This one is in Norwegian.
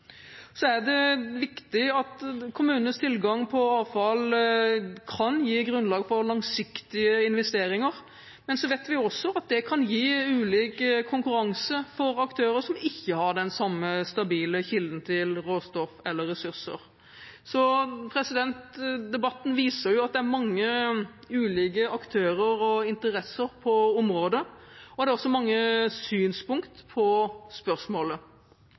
er viktig at kommunenes tilgang på avfall kan gi grunnlag for langsiktige investeringer, men vi vet også at det kan gi ulik konkurranse for aktører som ikke har den samme stabile kilden til råstoff eller ressurser. Debatten viser at det er mange ulike aktører og interesser på området, og det er også mange synspunkter på spørsmålet.